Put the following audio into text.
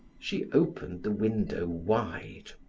she opened the window wide.